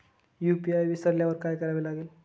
UPI विसरल्यावर काय करावे लागेल?